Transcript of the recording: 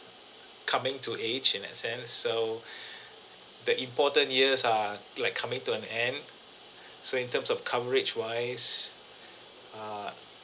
coming to age in that sense so the important years are like coming to an end so in terms of coverage-wise err